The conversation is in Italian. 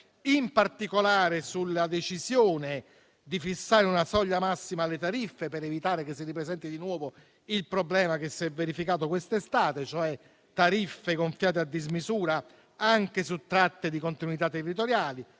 in particolare sulla decisione di fissare una soglia massima alle tariffe, per evitare che si ripresenti di nuovo il problema che si è verificato questa estate, cioè tariffe gonfiate a dismisura anche su tratte di continuità territoriale